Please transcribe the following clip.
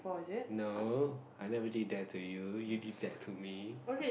no I never did that to you you did that to me